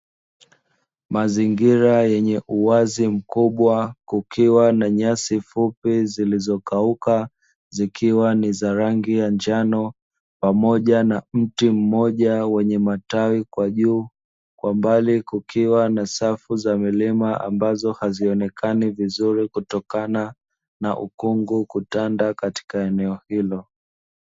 Mazingira yenye uwazi mkubwa, kukiwa na nyasi fupi zilizokauka, zikiwa ni za rangi ya njano, pamoja na mti mmoja wenye matawi kwa juu, kwa mbali kukiwa na safu za milima ambazo hazionekani vizuri kutokana na ukungu kutanda katika eneo hilo.